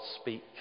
speak